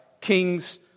kings